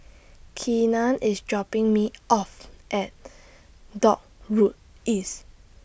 Keenan IS dropping Me off At Dock Road East